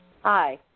Hi